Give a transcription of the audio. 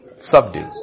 Subdue